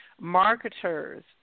marketers